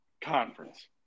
conference